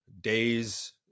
days